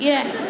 Yes